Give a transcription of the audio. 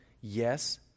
Yes